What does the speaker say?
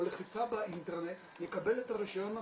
לחיצה באינטרנט הוא יקבל את הרישיון למסיבה,